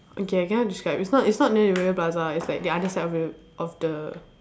okay I cannot describe it's not it's not near rivervale plaza it's like the other side of the of the